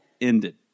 ended